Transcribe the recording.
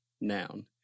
noun